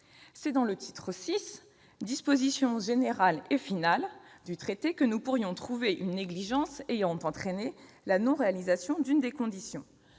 C'est dans le titre VI, « Dispositions générales et finales », que nous pourrions trouver une négligence ayant entraîné la non-réalisation d'une des conditions.